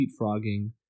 leapfrogging